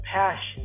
passion